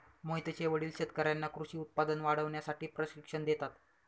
मोहितचे वडील शेतकर्यांना कृषी उत्पादन वाढवण्यासाठी प्रशिक्षण देतात